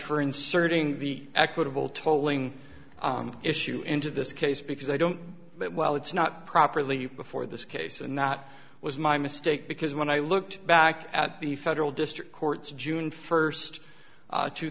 for inserting the equitable tolling issue into this case because i don't while it's not properly before this case and that was my mistake because when i looked back at the federal district courts june first